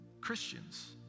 Christians